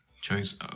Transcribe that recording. choice